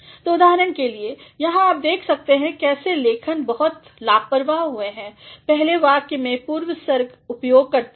तो उदाहरण के लिए यहाँ आप देख सकते हैं कैसे लेखन बहुत लापरवाह हुए हैं पहले वाक्य मेंपूर्वसर्ग उपयोग करते हुए